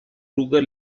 kruger